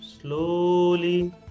Slowly